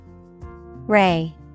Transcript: Ray